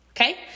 okay